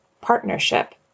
partnership